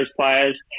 players